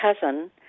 cousin